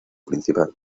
principal